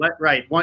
Right